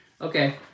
Okay